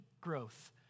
growth